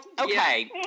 okay